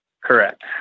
Correct